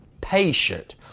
patient